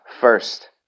first